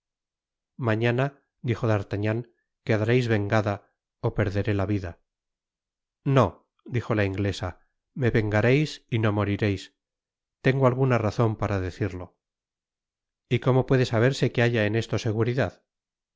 mañana dijo d'artagnan quedareis vengada ó perderé la vida no dijo la inglesa me vengareis y no morireis tengo alguna razon para decirlo y como puede saberse que haya en esto